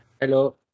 Hello